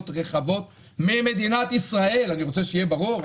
רחבות ממדינת ישראל אני רוצה שיהיה ברור,